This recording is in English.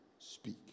speak